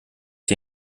die